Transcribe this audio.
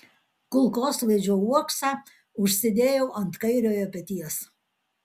kulkosvaidžio uoksą užsidėjau ant kairiojo peties